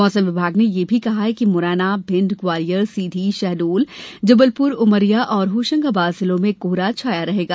मौसम विभाग ने यह भी कहा है कि मुरैना भिण्ड ग्वालियर सीधी शहडोल जबलपुर उमरिया और होंशगाबाद जिलों में कोहरा छाया रहेगा